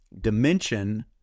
dimension